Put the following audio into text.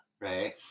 right